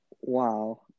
Wow